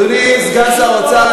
אדוני סגן שר האוצר,